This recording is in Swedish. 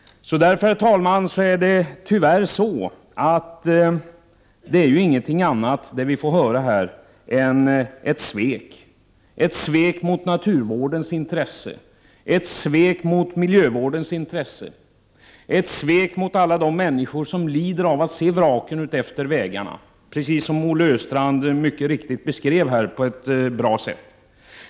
Herr talman! Tyvärr är det som vi nu får höra inget annat än ett svek mot naturvårdens intresse, ett svek mot miljövårdens intresse och ett svek mot alla de människor som lider av att se vraken utefter vägarna, precis som Olle Östrand beskrev på ett bra sätt.